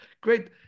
Great